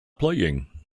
playing